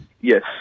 Yes